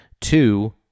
two